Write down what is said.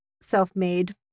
self-made